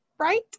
Right